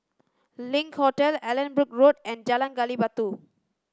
Link Hotel Allanbrooke Road and Jalan Gali Batu